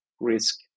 risk